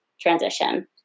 transition